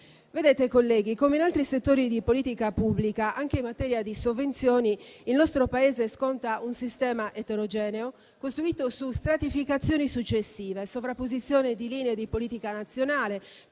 Vedete, colleghi, come in altri settori di politica pubblica, anche in materia di sovvenzioni il nostro Paese sconta un sistema eterogeneo, costruito su stratificazioni successive, sovrapposizioni di linee di politica nazionale,